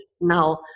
now